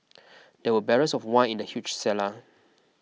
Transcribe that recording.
there were barrels of wine in the huge cellar